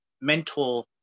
mentor